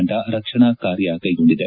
ತಂಡ ರಕ್ಷಣಾ ಕಾರ್ಯ ಕೈಗೊಂಡಿದೆ